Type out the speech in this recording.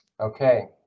Okay